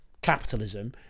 capitalism